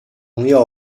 朋友